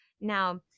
Now